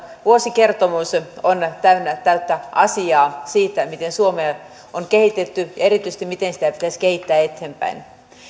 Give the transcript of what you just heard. vuosikertomus on täynnä täyttä asiaa siitä miten suomea on kehitetty ja erityisesti miten sitä pitäisi kehittää eteenpäin